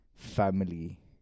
Family